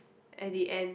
at the end